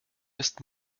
ist